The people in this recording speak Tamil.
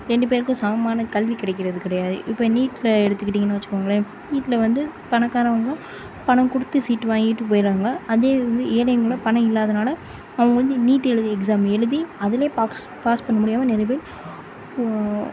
ரெண்டு பேருக்கும் சமமான கல்வி கிடைக்கிறது கிடையாது இப்போ நீட்டை எடுத்துக்கிட்டீங்கன்னு வச்சுக்கோங்களேன் நீட்டில் வந்து பணக்காரங்க பணம் கொடுத்து சீட்டு வாங்கிகிட்டு போயிடறாங்க அதே வந்து ஏழைங்களும் பணம் இல்லாததினால அவங்க வந்து நீட் எழுதி எக்ஸாம் எழுதி அதிலயே பாஸ் பாஸ் பண்ண முடியாமல் நிறைய பேர்